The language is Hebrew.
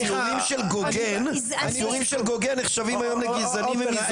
הציורים של גוגן נחשבים היום לגזעני.